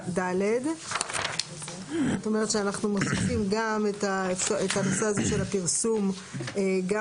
"34(ד)"; זאת אומרת שאנחנו מפיצים את הנושא הזה של הפרסום גם